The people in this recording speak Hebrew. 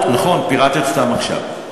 נכון, פירטת אותם עכשיו.